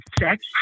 sex